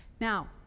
now